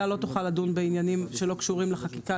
לא תוכל לדון בעניינים שלא קשורים לחקיקה,